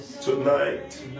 tonight